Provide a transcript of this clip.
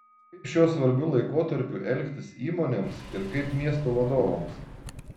kaip šiuo svarbiu laikotarpiu elgtis įmonėms ir kaip miestų vadovams